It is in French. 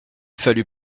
fallut